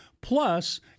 plus